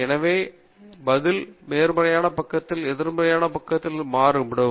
எனவே உங்கள் பதில் நேர்மறையான பக்கத்திலும் எதிர்மறையான பக்கத்திலும் மாறுபடும்